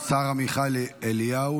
השר עמיחי אליהו